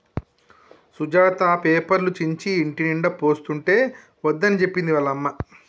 సుజాత పేపర్లు చించి ఇంటినిండా పోస్తుంటే వద్దని చెప్పింది వాళ్ళ అమ్మ